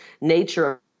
nature